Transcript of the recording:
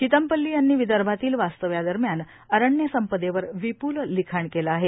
चितमपल्ली यांनी विदर्भातील वास्तव्यादरम्यान अरण्यसंपदेवर विप्ल लेखण केले आहे